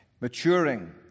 Maturing